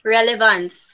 Relevance